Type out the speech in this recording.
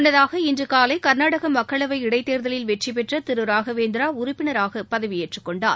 முன்னதாக இன்று காலை கர்நாடக மக்களவை இடைத் தேர்தலில் வெற்றி பெற்ற திரு பி ஒய் ராகவேந்திரா உறுப்பினராக பதவியேற்றுக் கொண்டார்